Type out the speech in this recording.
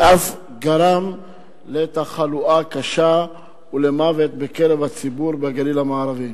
ואף גרם לתחלואה קשה ולמוות בקרב הציבור בגליל המערבי.